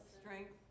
Strength